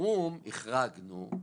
בחירום החרגנו.